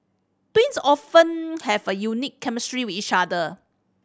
twins often have a unique chemistry with each other